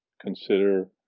consider